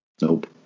nope